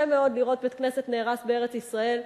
מאוד לראות בית-כנסת נהרס בארץ-ישראל.